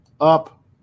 up